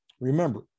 Remember